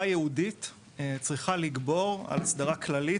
ייעודית צריכה לגבור על אסדרה כללית,